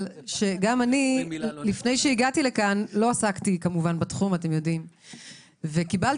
שלפני שהגעתי לכאן לא עסקתי בתחום וקיבלתי